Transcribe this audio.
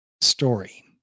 story